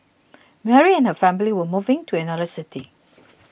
Mary and her family were moving to another city